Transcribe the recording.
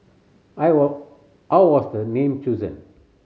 I were how was the name chosen